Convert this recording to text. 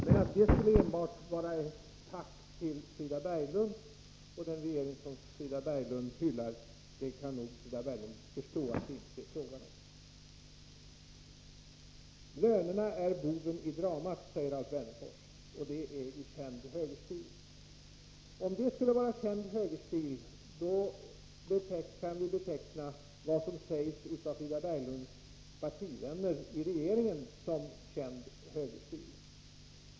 Men att det inte enbart är fråga om ett tack till Frida Berglund och den regering som hon hyllar tror jag nog att hon förstår. Det framhölls vidare att Alf Wennerfors säger att lönerna är boven i dramat och gjordes gällande att det skulle vara ett uttryck för känd högerstil. Om det skulle vara känd högerstil, kan också vad som sägs av Frida Berglunds partivänner i regeringen betecknas som känd högerstil.